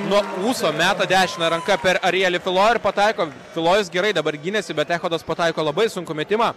nuo ūso meta dešine ranka per arielį tulojų ir pataiko tulojus gerai dabar gynėsi bet echodas pataiko labai sunkų metimą